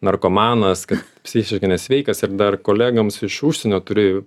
narkomanas kad psichiškai nesveikas ir dar kolegoms iš užsienio turi